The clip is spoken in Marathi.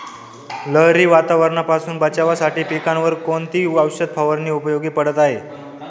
लहरी वातावरणापासून बचावासाठी पिकांवर कोणती औषध फवारणी उपयोगी पडत आहे?